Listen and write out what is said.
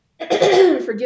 forgive